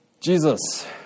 Jesus